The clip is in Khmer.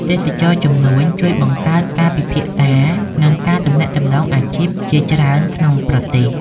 ទេសចរណ៍ជំនួញជួយបង្កើតការពិភាក្សា និងការទំនាក់ទំនងអាជីពជាច្រើនក្នុងប្រទេស។